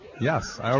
Yes